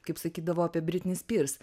kaip sakydavo apie britni spyrs